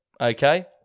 okay